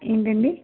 ఏంటండి